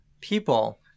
people